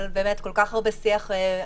אבל באמת שעשינו פה כל כך הרבה שיח פנימי,